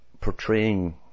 portraying